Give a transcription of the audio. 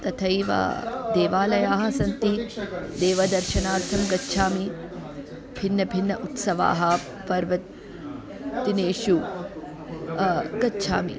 तथैव देवालयाः सन्ति देवदर्शनार्थं गच्छामि भिन्नभिन्नाः उत्सवाः पर्वदिनेषु गच्छामि